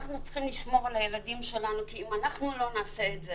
אנחנו צריכים לשמור על הילדים שלנו כי אם אנחנו לא נעשה את זה